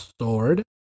Sword